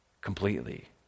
Completely